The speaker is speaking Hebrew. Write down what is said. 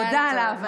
תודה על ההבנה.